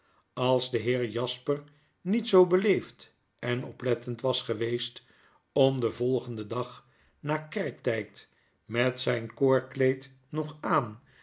als de heer jasper niet zoo beleefd en oplettend was geweest om den volgenden dag na kerktyd met zyn koorkleed nog aan